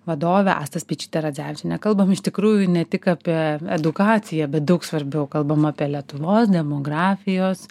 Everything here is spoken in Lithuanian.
vadovę asta speičytę radzevičienę kalbam iš tikrųjų ne tik apie edukaciją bet daug svarbiau kalbam apie lietuvos demografijos